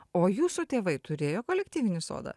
o jūsų tėvai turėjo kolektyvinį sodą